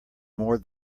more